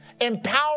empower